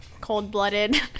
cold-blooded